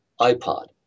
iPod